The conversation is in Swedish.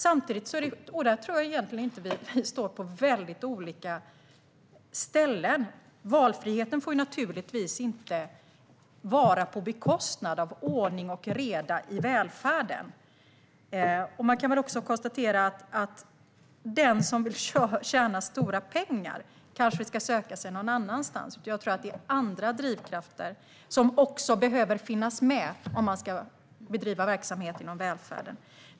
Samtidigt, och där tror jag egentligen inte vi står på så olika ställen, får valfriheten naturligtvis inte vara på bekostnad av ordning och reda i välfärden. Man kan väl också konstatera att den som vill tjäna stora pengar kanske ska söka sig någon annanstans. Jag tror att det behöver finnas andra drivkrafter med om man ska bedriva verksamhet inom välfärden.